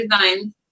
designs